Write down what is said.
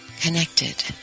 connected